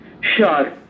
Sure